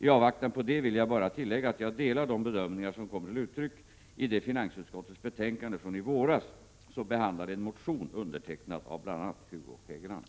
I avvaktan på det vill jag bara tillägga att jag delar de bedömningar som kommer till uttryck i det finansutskottets betänkande från i våras som behandlade en motion undertecknad av bl.a. Hugo Hegeland.